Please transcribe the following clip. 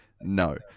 No